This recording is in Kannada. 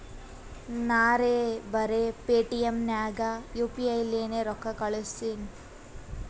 ನಾರೇ ಬರೆ ಪೇಟಿಎಂ ನಾಗ್ ಯು ಪಿ ಐ ಲೇನೆ ರೊಕ್ಕಾ ಕಳುಸ್ತನಿ